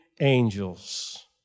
angels